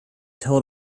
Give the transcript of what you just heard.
told